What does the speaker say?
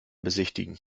besichtigen